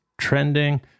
trending